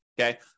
okay